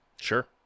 Sure